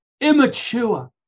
immature